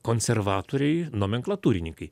konservatoriai nomenklatūrininkai